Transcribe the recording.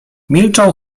milczał